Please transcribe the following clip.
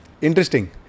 Interesting